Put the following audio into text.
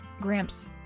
Gramps